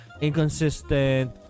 inconsistent